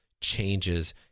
changes